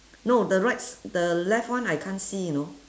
no the right s~ the left one I can't see you know